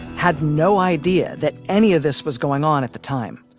had no idea that any of this was going on at the time.